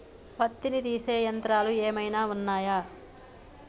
పత్తిని తీసే యంత్రాలు ఏమైనా ఉన్నయా?